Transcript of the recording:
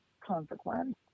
consequence